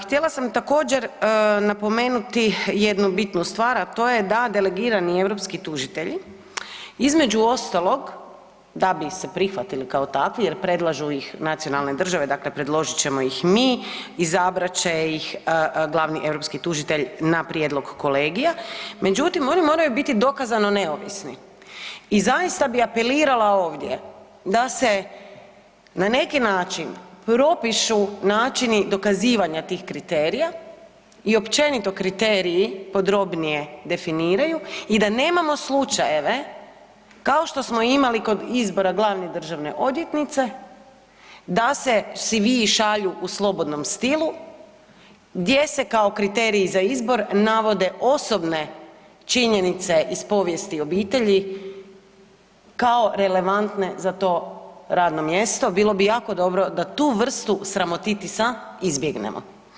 Htjela sam također napomenuti jednu bitnu stvar a to je da delegirani europski tužitelji između ostalog da bi se prihvatili kao takvi jer predlažu ih nacionalne države, dakle predložit ćemo ih mi, izabrat će ih glavni europski tužitelj na prijedlog kolegija, međutim oni moraju biti dokazani neovisni i zaista bi apelirala ovdje da se na neki način propišu načini dokazivanja tih kriterija i općenito kriteriji podrobnije definiraju i da nemamo slučajeve kao što smo imali kod izbora glavne državne odvjetnice da se svi šalju u slobodnom stilu gdje se kao kriteriji za izbor navodne osobne činjenice iz povijesti obitelji kao relevantne za to radno mjesto, bilo bi jako dobro da tu vrstu sramotitisa izbjegnemo.